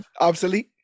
obsolete